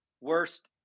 worst